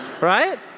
Right